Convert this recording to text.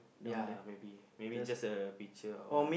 ya maybe maybe just a picture or what